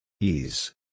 Ease